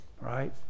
Right